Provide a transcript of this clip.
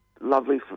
lovely